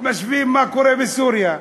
משווים מה קורה בסוריה.